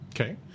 Okay